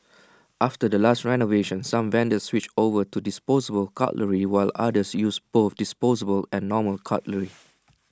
after the last renovation some vendors switched over to disposable cutlery while others use both disposable and normal cutlery